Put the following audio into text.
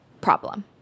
problem